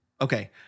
Okay